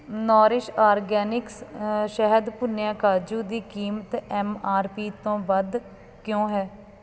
Nourish Organics ਸ਼ਹਿਦ ਭੁੰਨਿਆ ਕਾਜੂ ਦੀ ਕੀਮਤ ਐੱਮ ਆਰ ਪੀ ਤੋਂ ਵੱਧ ਕਿਉਂ ਹੈ